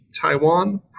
Taiwan